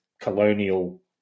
colonial